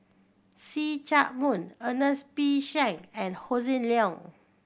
See Chak Mun Ernest P Shank and Hossan Leong